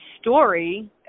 story